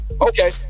okay